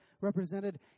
represented